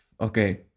Okay